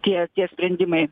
tie tie sprendimai